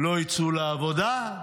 לא יצאו לעבודה,